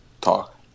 talk